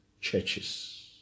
churches